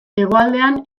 hegoaldean